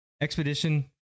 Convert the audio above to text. Expedition